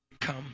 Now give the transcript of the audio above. Come